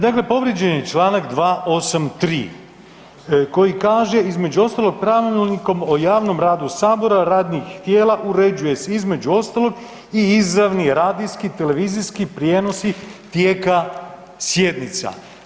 Dakle, povrijeđen je čl. 283. koji kaže između ostalog Pravilnikom o javnom radu sabora radnih tijela uređuje se između ostalog i izravni radijski i televizijski prijenosi tijeka sjednica.